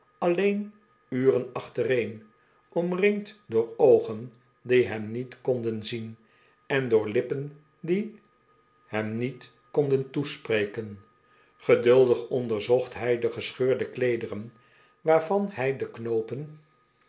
alleen uren achtereen omringd door oogen die hem niet konden zien en door lippen die hem niet konden toespreken geduldig onderzocht hij de gescheurde kleederen waarvan hij de knoopen